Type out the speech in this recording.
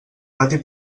pati